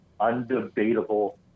undebatable